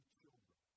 children